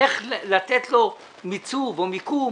איך לתת לו מיצוב או מיקום